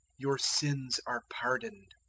your sins are pardoned.